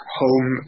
home